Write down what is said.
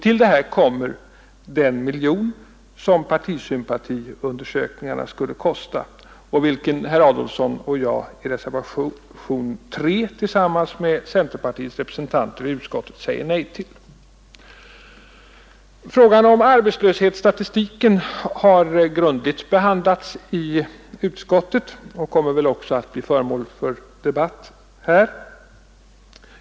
Till detta kommer den miljon som partisympatiundersökningarna skulle kosta och vilken herr Adolfsson och jag i reservationen 3 tillsammans med centerpartiets representanter i utskottet säger nej till. Frågan om arbetslöshetsstatistiken har grundligt behandlats i utskottet och kommer väl också att bli föremål för debatt här.